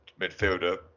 midfielder